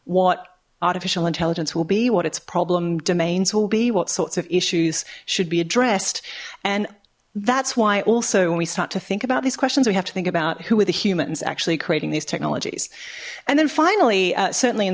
what artificial intelligence will be what its problem domains will be what sorts of issues should be addressed and that's why also when we start to think about these questions we have to think about who are the humans actually creating these technologies and then finally certainly in